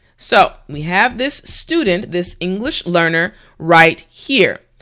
so we have this student, this english learner right here.